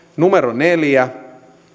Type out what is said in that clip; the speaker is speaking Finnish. neljä